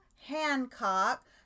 Hancock